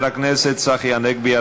חבר הכנסת צחי הנגבי,